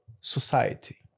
society